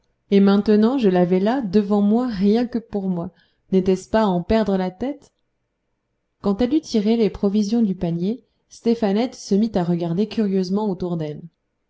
et maintenant je l'avais là devant moi rien que pour moi n'était-ce pas à en perdre la tête quand elle eut tiré les provisions du panier stéphanette se mit à regarder curieusement autour d'elle